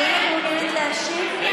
האם את מעוניינת להשיב?